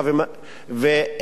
וספורט.